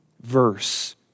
verse